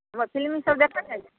film देखै छियै